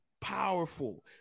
powerful